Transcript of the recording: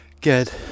Good